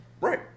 Right